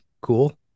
cool